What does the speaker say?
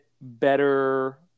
better